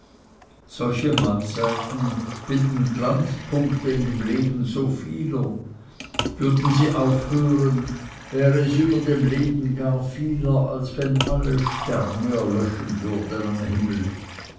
solche mahlzeiten bilden die glanzpunkte in dem leben so vieler würden sie aufhören wäre es über dem leben gar vieler als wenn alle sterne erlöschen würden am himmel